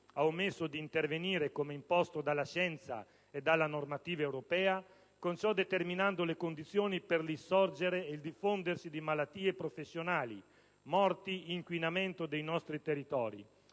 ha omesso di intervenire, come imposto dalla scienza e dalla normativa europea, con ciò determinando le condizioni per l'insorgere e il diffondersi di malattie professionali, morti, inquinamento dei nostri territori,